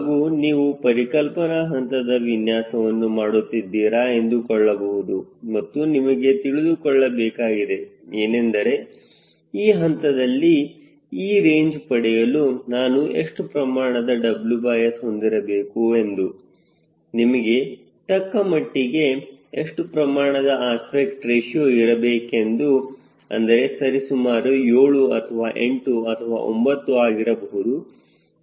ಹಾಗೂ ನೀವು ಪರಿಕಲ್ಪನಾ ಹಂತದ ವಿನ್ಯಾಸವನ್ನು ಮಾಡುತ್ತಿದ್ದೀರಾ ಎಂದುಕೊಳ್ಳಬಹುದು ಮತ್ತು ನಿಮಗೆ ತಿಳಿದುಕೊಳ್ಳಬೇಕಾಗಿದೆ ಏನೆಂದರೆ ಈ ಹಂತದಲ್ಲಿ ಈ ರೇಂಜ್ ಪಡೆಯಲು ನಾನು ಎಷ್ಟು ಪ್ರಮಾಣದ WS ಹೊಂದಿರಬೇಕು ಎಂದು ನಿಮಗೆ ತಕ್ಕಮಟ್ಟಿಗೆ ಎಷ್ಟು ಪ್ರಮಾಣದ ಅಸ್ಪೆಕ್ಟ್ ರೇಶಿಯೋ ಇರಬೇಕೆಂದು ಅಂದರೆ ಸರಿಸುಮಾರು 7 ಅಥವಾ 8 ಅಥವಾ 9 ಆಗಿರಬಹುದು